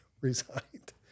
resigned